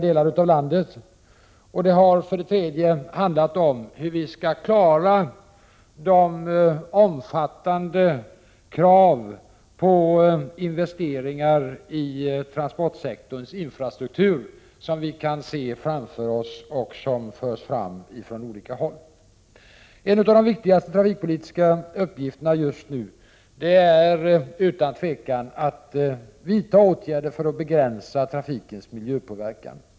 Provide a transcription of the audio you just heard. Den tredje frågan rör hur vi skall klara de omfattande krav på investeringar i transportsektorns infrastruktur som vi kan se framför oss. Det är krav som förs fram från olika håll. En av de viktigaste trafikpolitiska uppgifterna just nu är utan tvivel att vidta åtgärder för att begränsa trafikens miljöpåverkan.